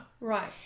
Right